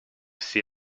see